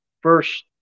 first